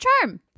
charm